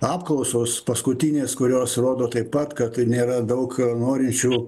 apklausos paskutinės kurios rodo taip pat kad nėra daug norinčių